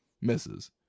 misses